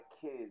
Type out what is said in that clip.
kids